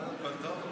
הכול טוב?